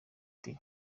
ati